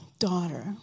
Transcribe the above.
Daughter